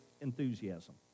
enthusiasm